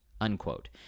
unquote